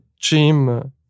Jim